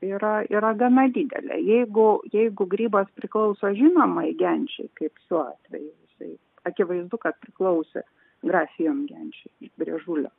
yra yra gana didelė jeigu jeigu grybas priklauso žinomai genčiai kaip šiuo atveju tai akivaizdu kad priklausė grafion genčiai brėžulio